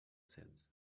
sense